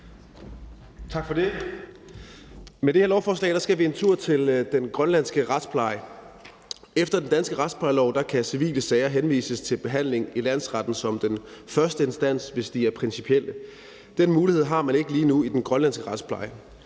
Med det her lovforslag skal vi en tur til den grønlandske retspleje. Efter den danske retsplejelov kan civile sager henvises til behandling i landsretten som den første instans, hvis de er principielle. Den mulighed har man ikke lige nu i den grønlandsk retspleje,